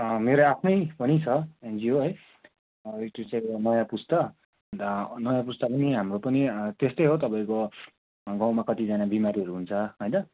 मेरो आफ्नै पनि छ एनजिओ है नयाँ पुस्ता अन्त नयाँ पुस्ता पनि हाम्रो पनि त्यस्तै हो तपाईँको गाउँमा कतिजना बिमारीहरू हुन्छ होइन